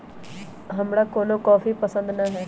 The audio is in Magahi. हमरा कोनो कॉफी पसंदे न हए